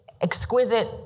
exquisite